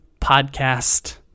podcast